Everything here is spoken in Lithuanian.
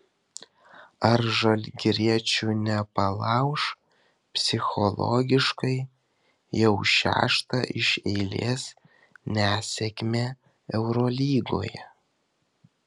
ar žalgiriečių nepalauš psichologiškai jau šešta iš eilės nesėkmė eurolygoje